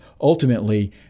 ultimately